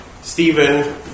Stephen